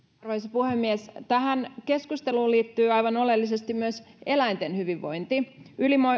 puhemies tähän keskusteluun liittyy aivan oleellisesti myös eläinten hyvinvointi